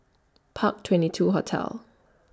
Park twenty two Hotel